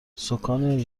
سـکان